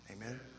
Amen